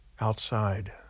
Outside